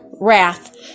wrath